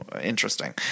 Interesting